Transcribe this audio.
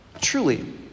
Truly